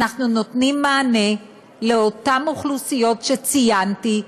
אנחנו נותנים מענה לאותן אוכלוסיות שציינתי,